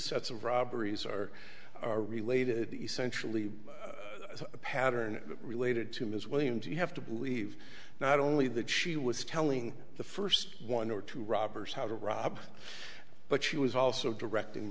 sets of robberies are related essentially a pattern that related to ms williams you have to believe not only that she was telling the first one or two robbers how to rob but she was also directing